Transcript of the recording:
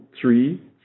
three